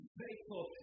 faithful